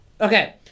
Okay